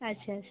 ଆଚ୍ଛା ଆଚ୍ଛା